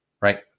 right